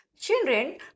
Children